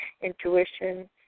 intuition